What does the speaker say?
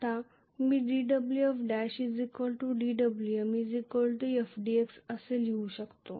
आता मी dWf ' dWm Fdx असे लिहू शकतो